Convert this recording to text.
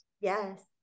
Yes